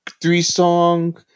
three-song